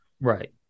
Right